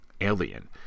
alien